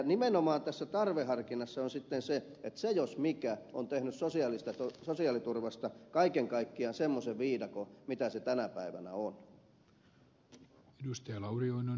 nimenomaan tässä tarveharkinnassa on sitten se että se jos mikä on tehnyt sosiaaliturvasta kaiken kaikkiaan semmoisen viidakon jota se tänä päivänä on